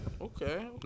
okay